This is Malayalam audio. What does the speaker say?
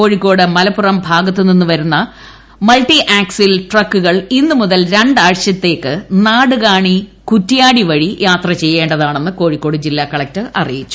കോഴിക്കോട് മലപ്പുറം ഭാഗത്ത് നിന്ന് വരുന്ന മൾട്ടി ആക്സിൽ ട്രക്കുകൾ ഇന്ന് മുതൽ ര ാഴ്ചത്തേക്ക് നാടുകാണി കൂറ്റ്യാടി വഴി യാത്ര ചെയ്യേ താണെന്ന് കോഴിക്കോട് ജില്ലാ കലക്ടർ അറിയിച്ചു